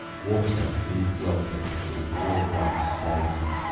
water neath welkin, with war-blood stained.